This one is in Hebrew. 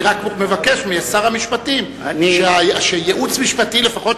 אני רק מבקש משר המשפטים שייעוץ משפטי לפחות